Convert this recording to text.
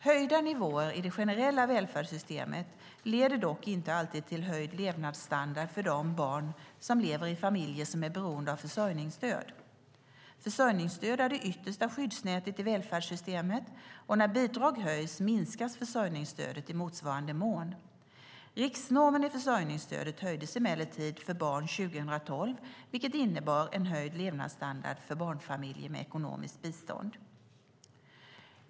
Höjda nivåer i det generella välfärdssystemet leder dock inte alltid till höjd levnadsstandard för de barn som lever i familjer som är beroende av försörjningsstöd. Försörjningsstöd är det yttersta skyddsnätet i välfärdssystemet, och när bidrag höjs minskas försörjningsstödet i motsvarande mån. Riksnormen i försörjningsstödet höjdes emellertid för barn 2012 vilket innebar en höjd levnadsstandard för barnfamiljer med ekonomiskt bistånd.